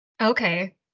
Okay